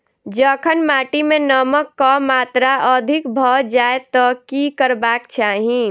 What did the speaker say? जखन माटि मे नमक कऽ मात्रा अधिक भऽ जाय तऽ की करबाक चाहि?